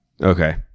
okay